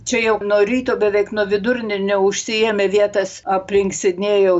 čia jau nuo ryto beveik nuo vidurdienio užsiėmę vietas aplink sidnėjaus